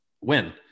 win